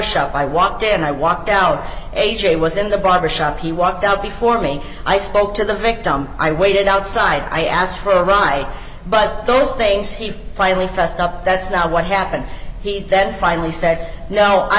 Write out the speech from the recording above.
shop i walked in i walked out a j was in the broader shop he walked out before me i spoke to the victim i waited outside i asked for a ride but those things he finally fessed up that's not what happened he then finally said no i